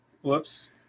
whoops